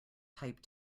type